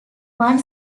one